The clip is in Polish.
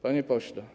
Panie pośle.